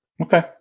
Okay